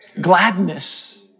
gladness